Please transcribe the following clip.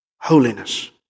Holiness